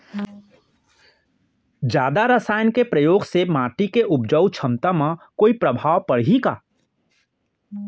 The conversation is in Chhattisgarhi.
जादा रसायन के प्रयोग से माटी के उपजाऊ क्षमता म कोई प्रभाव पड़ही का?